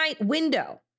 window